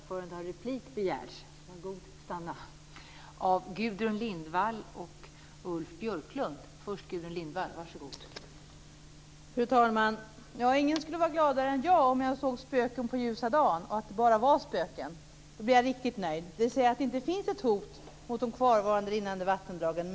Fru talman! Ja, ingen skulle vara gladare än jag om jag bara såg spöken på ljusa dagen. Då skulle jag vara riktigt nöjd. Det skulle betyda att det inte finns ett hot mot de kvarvarande rinnande vattendragen.